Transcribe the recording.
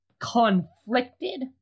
conflicted